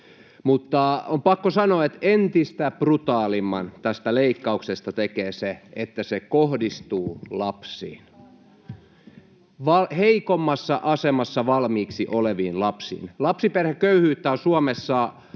Mutta on pakko sanoa, että entistä brutaalimman tästä leikkauksesta tekee se, että se kohdistuu lapsiin — valmiiksi heikommassa asemassa oleviin lapsiin. Lapsiperheköyhyyttä on Suomessa